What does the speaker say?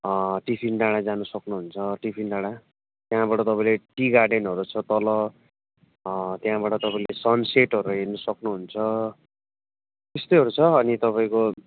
tiffin डाँडा जान सक्नुहुन्छ टिफिन डाँडा त्यहाँबाट तपाईँले टी गार्डनहरू छ तल त्यहाँबाट तपाईँले सनसेटहरू हेर्न सक्नुहुन्छ त्यस्तैहरू छ अनि तपाईँको